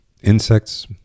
Insects